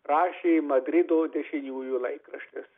rašė madrido dešiniųjų laikraštis